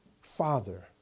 Father